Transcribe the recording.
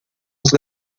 nos